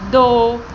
ਦੋ